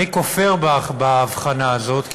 אני כופר בהבחנה הזאת,